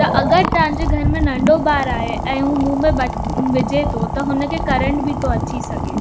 त अगरि तव्हां जे घर में नढो ॿारु आहे ऐं हू मुंहं में बि विझे थो त हुन खे करंट बि थो अची सघे